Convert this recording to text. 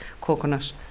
coconut